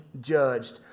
judged